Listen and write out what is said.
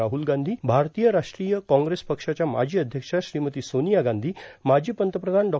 राहुल गांधी भारतीय राष्ट्रीय काँग्रेस पक्षाच्या माजी अध्यक्षा श्रीमती सोनिया गांधी माजी पंतप्रधान डॉ